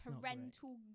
Parental